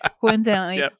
coincidentally